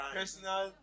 personal